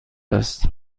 است